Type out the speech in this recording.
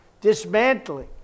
dismantling